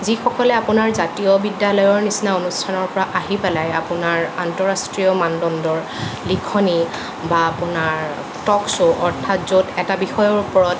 যিসকলে আপোনাৰ জাতীয় বিদ্যালয়ৰ নিচিনা অনুষ্ঠানৰ পৰা আহি পেলাই আপোনাৰ আন্তৰাষ্ট্ৰীয় মানদণ্ডৰ লিখনি বা আপোনাৰ টক শ্ব' য'ত এটা বিষয়ৰ ওপৰত